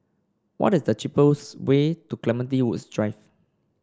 what is the cheapest way to Clementi Woods Drive